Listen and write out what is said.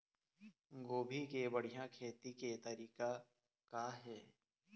गोभी के बढ़िया खेती के तरीका का हे?